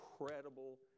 incredible